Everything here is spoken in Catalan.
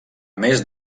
més